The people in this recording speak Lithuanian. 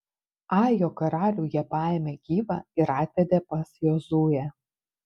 ajo karalių jie paėmė gyvą ir atvedė pas jozuę